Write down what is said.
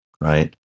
right